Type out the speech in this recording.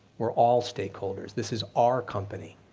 we're all stakeholders, this is our company,